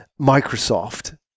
microsoft